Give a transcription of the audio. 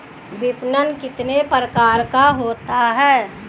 विपणन कितने प्रकार का होता है?